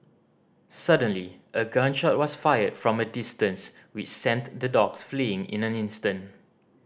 suddenly a gun shot was fired from a distance which sent the dogs fleeing in an instant